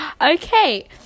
Okay